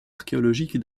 archéologique